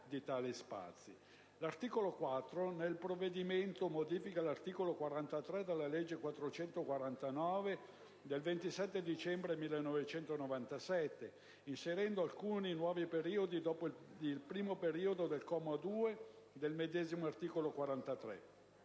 articolo 3 nel testo della Commissione) modifica l'articolo 43 della legge n. 449 del 27 dicembre 1997, inserendo alcuni nuovi periodi dopo il primo periodo del comma 2 del medesimo articolo 43.